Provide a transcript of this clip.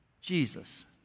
Jesus